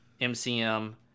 MCM